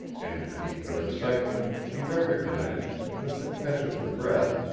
and beneath her excitement she recognized, with a catch of the breath,